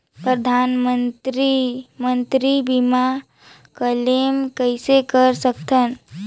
परधानमंतरी मंतरी बीमा क्लेम कइसे कर सकथव?